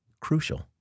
crucial